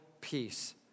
peace